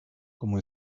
como